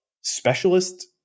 specialist